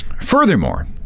Furthermore